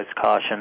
caution